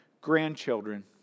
grandchildren